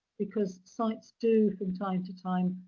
because sites do, from time to time,